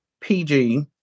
PG